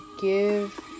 Give